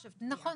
נכון.